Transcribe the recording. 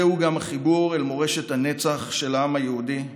זהו גם החיבור אל מורשת הנצח של העם היהודי,